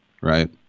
right